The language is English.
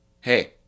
hey